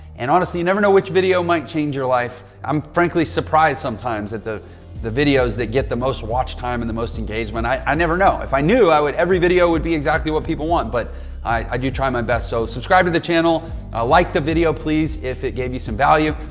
and honestly, you never know which video might change your life. i'm frankly surprised sometimes at the the videos that get the most watch time and the most engagement. i i never know if i knew i would. every video would be exactly what people want, but i do try my best. so subscribe to the channel ah like the video, please. if it gave you some value,